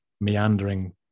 meandering